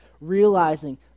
realizing